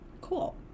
Cool